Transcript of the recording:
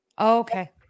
Okay